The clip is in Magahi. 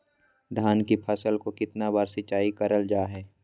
धान की फ़सल को कितना बार सिंचाई करल जा हाय?